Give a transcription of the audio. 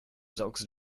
saugst